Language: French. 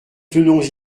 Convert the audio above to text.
tenons